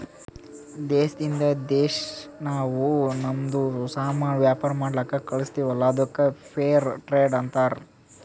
ದೇಶದಿಂದ್ ದೇಶಾ ನಾವ್ ಏನ್ ನಮ್ದು ಸಾಮಾನ್ ವ್ಯಾಪಾರ ಮಾಡ್ಲಕ್ ಕಳುಸ್ತಿವಲ್ಲ ಅದ್ದುಕ್ ಫೇರ್ ಟ್ರೇಡ್ ಅಂತಾರ